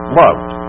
loved